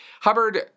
Hubbard